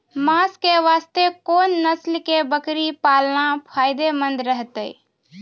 मांस के वास्ते कोंन नस्ल के बकरी पालना फायदे मंद रहतै?